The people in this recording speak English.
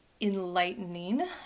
enlightening